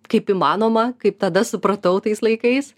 kaip įmanoma kaip tada supratau tais laikais